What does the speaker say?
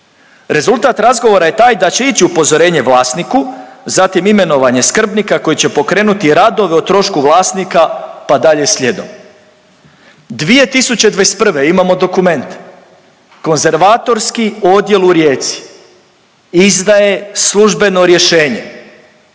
Rezultat razgovora je taj da će ići upozorenje vlasniku, zatim imenovanje skrbnika koji će pokrenuti radove o trošku vlasnika pa dalje slijedom. 2021. imamo dokument, Konzervatorski odjel u Rijeci izdaje službeno rješenje